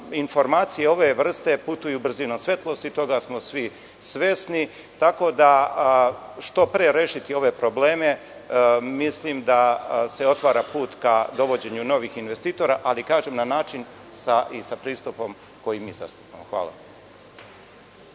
informacije ove vrste putuju brzinom svetlosti, toga smo svi svesni, tako da treba što pre rešiti ove probleme. Mislim da se otvara put ka dovođenju novih investitora, ali na način i sa pristupom koji mi zastupamo. Hvala.